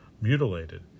mutilated